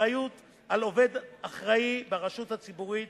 אחריות על עובד אחראי ברשות ציבורית.